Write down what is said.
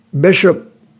Bishop